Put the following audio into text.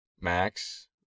max